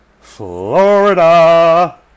Florida